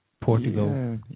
Portugal